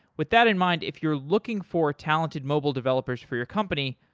with that in mind, if you're looking for talented mobile developers for your company,